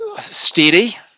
steady